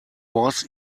was